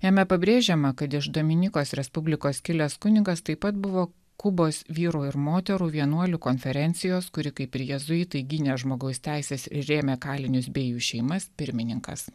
jame pabrėžiama kad iš dominikos respublikos kilęs kunigas taip pat buvo kubos vyrų ir moterų vienuolių konferencijos kuri kaip ir jėzuitai gynė žmogaus teises ir rėmė kalinius bei jų šeimas pirmininkas